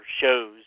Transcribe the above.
shows